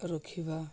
ରଖିବା